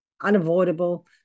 unavoidable